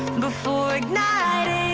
before igniting